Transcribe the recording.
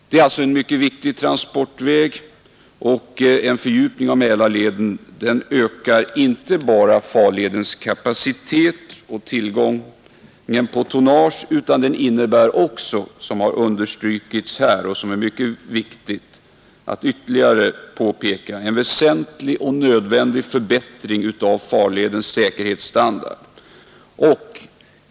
Det är alltså en mycket viktig transportväg, och en fördjupning av Mälarleden ökar inte bara farledens kapacitet och tillgången på tonnage, utan den innebär också — något som har understrukits här och är mycket viktigt att ytterligare påpeka — en väsentlig och nödvändig förbättring av farledens säkerhetsstandard.